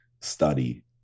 study